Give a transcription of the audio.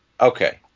Okay